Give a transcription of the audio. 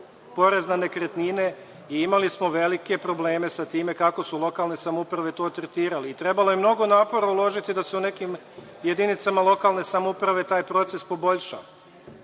porez na nekretnine, i imali smo velike probleme sa time kako su lokalne samouprave to tretirale. I trebalo je mnogo napora uložiti da se u nekim jedinicama lokalne samouprave taj proces poboljša.